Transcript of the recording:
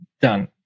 done